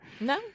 No